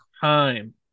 time